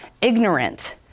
ignorant